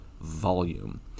volume